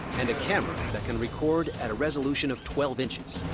and a camera that can record at a resolution of twelve inches.